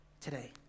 today